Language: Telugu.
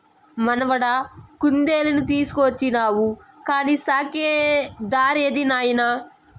మనవడా కుందేలుని తెచ్చినావు కానీ సాకే దారేది నాయనా